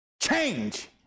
Change